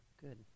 Good